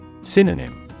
Synonym